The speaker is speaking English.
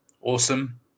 Awesome